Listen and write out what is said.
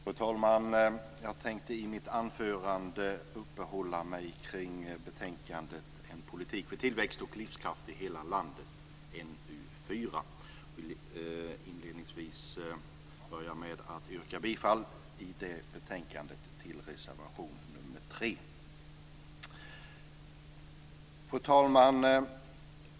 Fru talman! Jag tänkte i mitt anförande uppehålla mig kring betänkandet En politik för tillväxt och livskraft i hela landet, NU4, där jag inledningsvis vill yrka bifall till reservation nr 3. Fru talman!